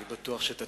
אני בטוח שתצליח.